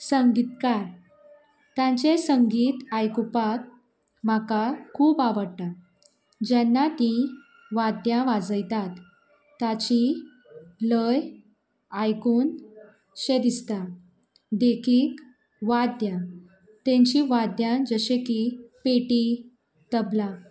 संगीतकार तांचे संगीत आयकूपाक म्हाका खूब आवडटा जेन्ना ती वाद्या वाजयतात ताची लय आयकून शें दिसता देखीक वाद्या तेंची वाद्या जशें की पेटी तबला